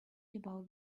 about